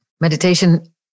Meditation